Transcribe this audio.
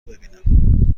ببینم